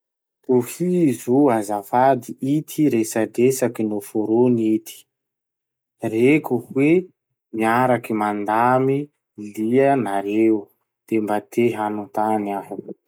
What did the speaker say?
Tohizo azafady ity resadresaky noforony ity: Reko hoe miaraky mandamy lia nareo, de mba te hanotany aho.